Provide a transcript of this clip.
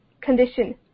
condition